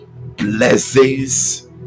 blessings